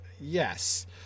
Yes